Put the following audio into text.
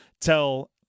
tell